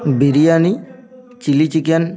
biryani chilli chicken